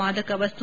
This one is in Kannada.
ಮಾದಕ ವಸ್ತು